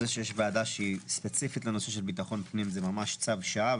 זה שיש ועדה שהיא ספציפית לנושא של ביטחון פנים זה ממש צו שעה,